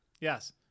yes